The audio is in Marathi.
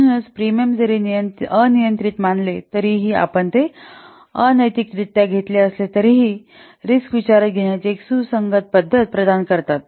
म्हणूनच प्रीमियम जरी आपण अनियंत्रित मानले असले तरीही आपण ते अनैतिकरित्या घेतले असले तरीही ते जोखीम विचारात घेण्याची एक सुसंगत पद्धत प्रदान करतात